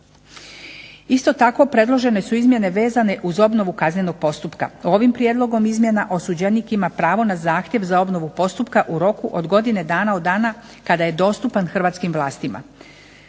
Isto tako predložene su izmjene vezane uz obnovu kaznenog postupka. Ovim prijedlogom izmjena osuđenik ima pravo na zahtjev za obnovu postupka u roku od godine dana od dana kada je dostupan hrvatskim vlastima.